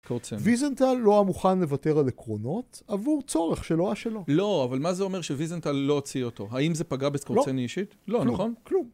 ויזנטל לא היה מוכן לוותר על עקרונות עבור צורך שלא היה שלו. לא, אבל מה זה אומר שוויזנטל לא הוציא אותו? האם זה פגע בסקורצן אישית? לא, נכון?